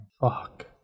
Fuck